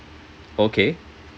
okay